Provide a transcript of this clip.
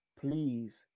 please